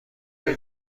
خوبی